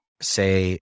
say